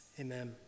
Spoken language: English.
Amen